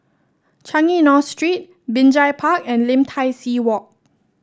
Changi North Street Binjai Park and Lim Tai See Walk